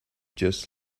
just